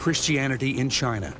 christianity in china